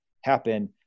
happen